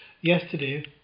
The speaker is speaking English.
yesterday